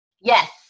Yes